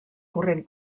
corrent